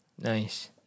Nice